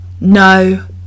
no